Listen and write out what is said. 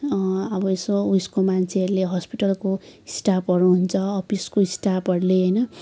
अब यसो उइसको मान्छेहरूले हस्पिटलको स्टाफहरू हुन्छ अफिसको स्टाफहरूले होइन